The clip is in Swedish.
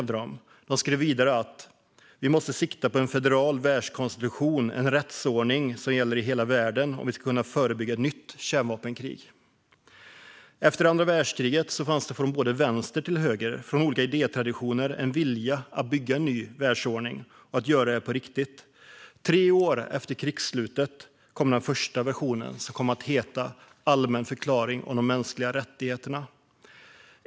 De skrev vidare: Vi måste sikta på en federal världskonstitution, en rättsordning som gäller i hela världen, om vi ska kunna förebygga ett nytt kärnvapenkrig. Efter andra världskriget fanns det från både vänster och höger och från olika idétraditioner en vilja att bygga en ny världsordning - och göra det på riktigt. Tre år efter krigsslutet kom den första versionen, som kom att heta Allmän förklaring om de mänskliga rättigheterna .